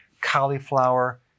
cauliflower